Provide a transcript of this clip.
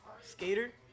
Skater